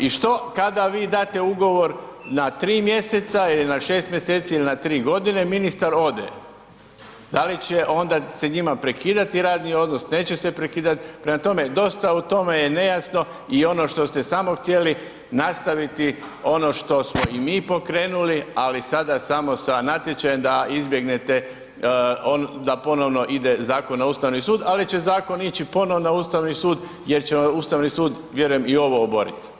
I što kada vi dajete ugovor na 3 mj. ili na 6. mj. ili na 3 g., ministar ode, da li će onda se njima prekidati radni odnos, neće se prekidati, prema tome dosta u tome je nejasno i ono što ste samo htjeli nastaviti, ono što smo i mi pokrenuli ali sada samo sa natječajem da izbjegnete, da ponovno ide zakon na Ustavni sud ali će zakon ići ponovno na Ustavni sud jer će Ustavno sud vjerujem i ovo oboriti.